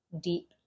deep